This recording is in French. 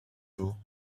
jours